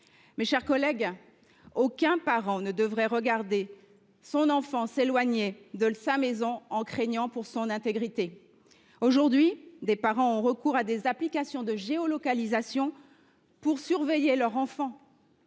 survécu. Aucun parent ne devrait regarder son enfant s’éloigner de sa maison, en craignant pour son intégrité. Aujourd’hui, des parents ont recours à des applications de géolocalisation pour surveiller leur enfant